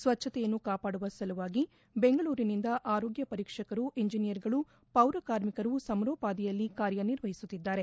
ಸ್ವಚ್ಛತೆಯನ್ನು ಕಾಪಾಡುವ ಸಲುವಾಗಿ ಬೆಂಗಳೂರಿನಿಂದ ಆರೋಗ್ಯ ಪರೀಕ್ಷಕರು ಇಂಜಿನಿಯರ್ಗಳು ಪೌರ ಕಾರ್ಮಿಕರು ಸಮರೋಪಾದಿಯಲ್ಲಿ ಕಾರ್ಯ ನಿರ್ವಹಿಸುತ್ತಿದ್ದಾರೆ